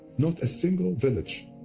not a single village